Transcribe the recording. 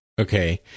Okay